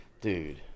Dude